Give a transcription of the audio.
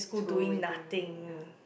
it's w~ waiting ya